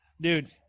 Dude